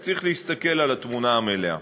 אז צריך להסתכל על התמונה המלאה.